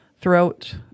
throughout